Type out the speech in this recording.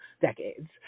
decades